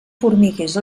formiguers